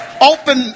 Open